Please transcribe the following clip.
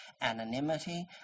anonymity